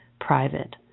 private